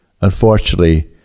unfortunately